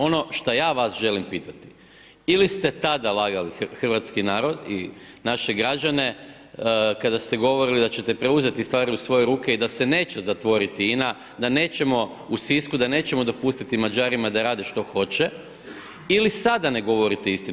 Ono šta ja vas želim pitati ili ste tada lagali hrvatski narod i naše građane kada ste govorili da ćete preuzeti stvari u svoje ruke i da se neće zatvoriti INA, da nećemo, u Sisku, da nećemo dopustiti Mađarima da rade što hoće ili sada ne govorite istinu.